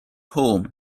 home